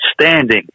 standing